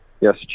yes